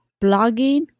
blogging